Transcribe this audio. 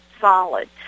solid